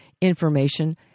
information